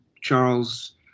charles